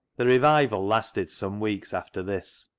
the revival lasted some weeks after this.